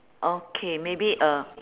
okay maybe uh